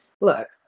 Look